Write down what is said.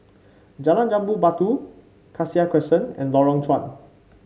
Jalan Jambu Batu Cassia Crescent and Lorong Chuan